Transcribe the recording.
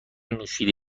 نوشیده